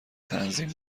تنظیم